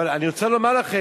אבל אני רוצה לומר לכם: